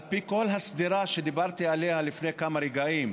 על פי כל השדרה שדיברתי עליה לפני כמה רגעים,